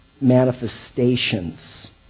manifestations